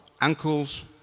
ankles